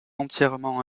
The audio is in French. entièrement